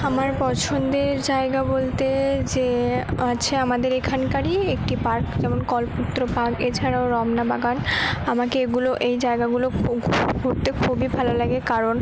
আমার পছন্দের জায়গা বলতে যে আছে আমাদের এখানকারই একটি পার্ক যেমন কল্পতরু পার্ক এছাড়াও রমনা বাগান আমাকে এগুলো এই জায়গাগুলো ঘুরতে খুবই ভালো লাগে কারণ